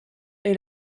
est